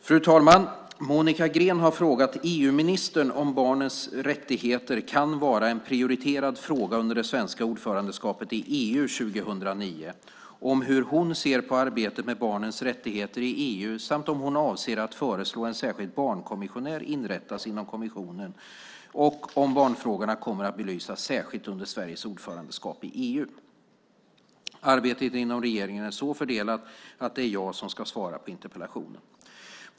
Fru talman! Monica Green har frågat EU-ministern om barnets rättigheter kan vara en prioriterad fråga under det svenska ordförandeskapet i EU 2009, om hur hon ser på arbetet med barnets rättigheter i EU samt om hon avser att föreslå att en särskild barnkommissionär inrättas inom kommissionen och om barnfrågorna kommer att belysas särskilt under Sveriges ordförandeskap i EU. Arbetet inom regeringen är så fördelat att det är jag som ska svara på interpellationen.